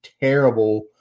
terrible